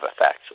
effects